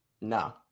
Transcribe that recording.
No